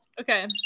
Okay